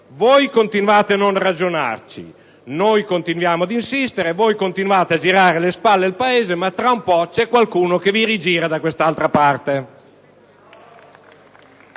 Voi continuate a non rifletterci, noi continuiamo ad insistere; voi continuate a girare le spalle al Paese, ma tra un po' c'è qualcuno che vi rigira da quest'altra parte!